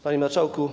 Panie Marszałku!